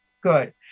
good